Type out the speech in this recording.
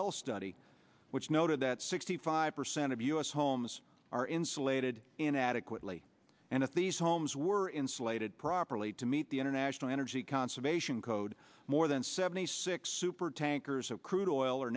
health study which noted that sixty five percent of us homes are insulated inadequately and if these homes were insulated properly to meet the international energy conservation code more than seventy six supertankers of crude o